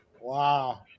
Wow